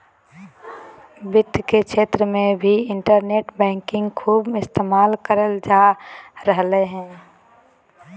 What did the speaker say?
वित्त के क्षेत्र मे भी इन्टरनेट बैंकिंग खूब इस्तेमाल करल जा रहलय हें